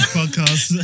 podcast